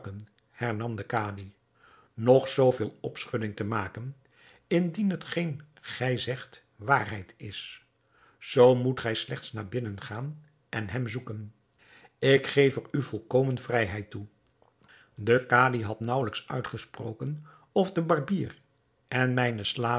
de kadi noch zoo veel opschudding te maken indien hetgeen gij zegt waarheid is zoo moet gij slechts naar binnen gaan en hem zoeken ik geef er u volkomen vrijheid toe de kadi had naauwelijks uitgesproken of de barbier en mijne slaven